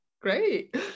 Great